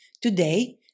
Today